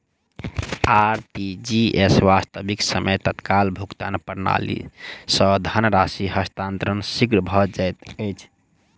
RTGS, वास्तविक समय तत्काल भुगतान प्रणाली, सॅ धन राशि हस्तांतरण शीघ्र भ जाइत अछि